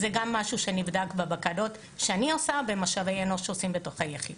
זה גם משהו שנבדק בבקרות שאני עושה ומשאבי אנוש שעושים בתוך היחידות.